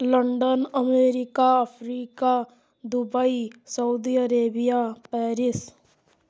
London America Africa Dubai Saudi Arabia Paris